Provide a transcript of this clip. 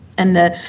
and the.